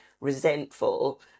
resentful